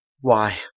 Why